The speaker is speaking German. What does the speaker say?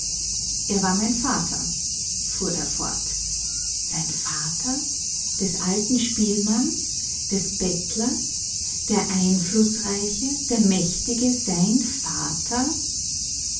er war mein vater fuhr er fort sein vater des alten spielmanns des bettlers der einflußreiche der mächtige sein vater